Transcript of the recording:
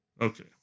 Okay